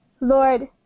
Lord